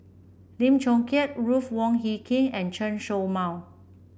Lim Chong Keat Ruth Wong Hie King and Chen Show Mao